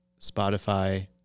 Spotify